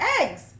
eggs